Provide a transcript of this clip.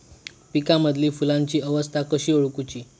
पिकांमदिल फुलांची अवस्था कशी ओळखुची?